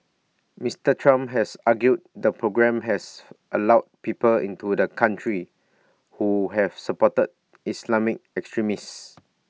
Mister Trump has argued the programme has allowed people into the country who have supported Islamic extremists